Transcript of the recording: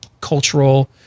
cultural